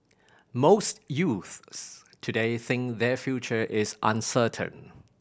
most youths today think their future is uncertain